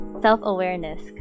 self-awareness